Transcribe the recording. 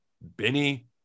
Benny